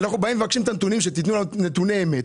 אנחנו באים ומבקשים את הנתונים שתתנו נתוני אמת.